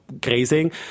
grazing